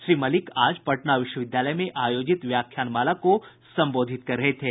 श्री मलिक आज पटना विश्वविद्यालय में आयोजित व्याख्यानमाला को संबोधित कर रहे थे